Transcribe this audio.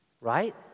right